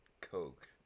Coke